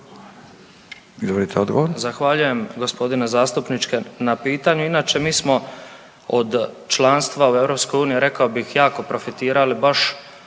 Josip (HDZ)** Zahvaljujem g. zastupniče na pitanju. Inače mi smo od članstva u EU rekao bih jako profitirali baš